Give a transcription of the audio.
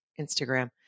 Instagram